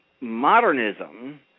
modernism